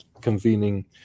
convening